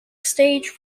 stage